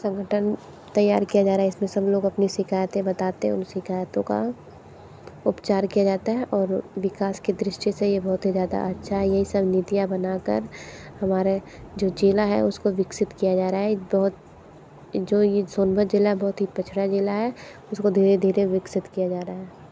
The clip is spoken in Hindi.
संगठन तैयार किया जा रहा है इसमें सब लोग अपनी शिकायतें बताते हैं उन शिकायतों का उपचार किया जाता है और विकास की दृष्टि से ये बहुत ही ज़्यादा अच्छा है ये सब नीतियाँ बना कर हमारा जो ज़िला है उसको विकसित किया जा रहा है एक बहुत जो यह सोनभद्र ज़िला बहुत ही पिछड़ा ज़िला है उसको धीरे धीरे विकसित किया जा रहा है